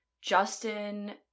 Justin